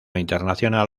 internacional